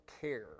care